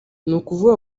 nukuvuga